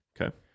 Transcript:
Okay